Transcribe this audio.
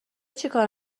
چیکار